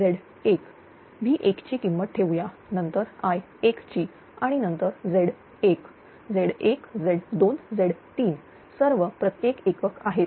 V1 ची किंमत ठेवूया नंतर I1 ची आणि नंतर Z1Z1Z2Z3 सर्व प्रत्येक एकक आहेत